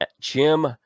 Jim